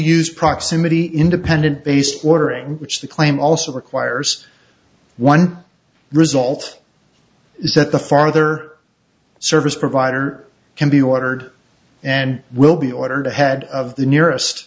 use proximity independent based ordering which the claim also requires one result is that the farther service provider can be ordered and will be ordered ahead of the nearest